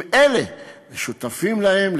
אם אלה השותפים להם,